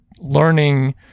learning